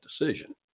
decision